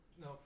No